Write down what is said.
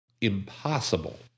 impossible